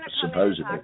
supposedly